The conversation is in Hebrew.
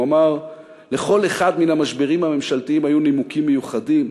הוא אמר: "לכל אחד מן המשברים הממשלתיים היו נימוקים מיוחדים,